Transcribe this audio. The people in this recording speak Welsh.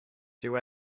dyw